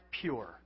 pure